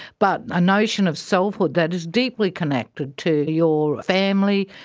but a notion of selfhood that is deeply connected to your family,